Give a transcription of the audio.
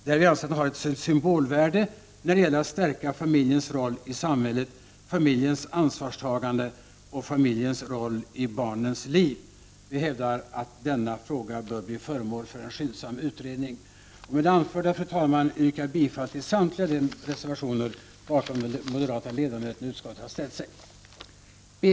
Detta skulle ha ett symbolvärde när det gäller att stärka familjens roll i samhället, familjens ansvarstagande och familjens roll i barnens liv. Vi hävdar att denna fråga bör bli föremål för en skyndsam utredning. Fru talman! Med det anförda yrkar jag bifall till samtliga reservationer som moderata ledamöter i utskottet har ställt sig bakom.